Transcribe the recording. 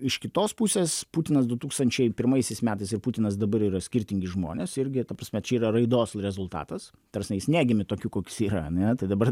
iš kitos pusės putinas du tūkstančiai pirmaisiais metais ir putinas dabar yra skirtingi žmonės irgi ta prasme čia yra raidos rezultatas ta prasme jis negimė tokiu koks yra metai dabar